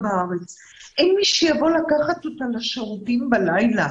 אין מי שיבוא לקחת אותה לשירותים בלילה.